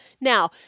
Now